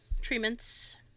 treatments